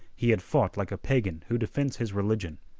he had fought like a pagan who defends his religion.